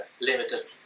limited